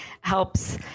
helps